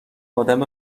ادم